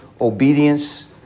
obedience